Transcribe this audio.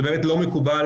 זה באמת לא מקובל,